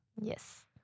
Yes